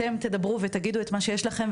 אתם תדברו ותגידו את מה שיש לכם.